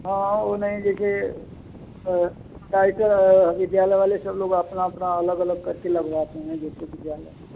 हाँ वो नहीं जैसे राइटर विद्यालय वाले सब लोग अपना अपना अलग अलग करके लगवाते हैं जैसे विद्यालय में